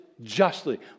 justly